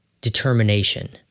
determination